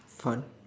what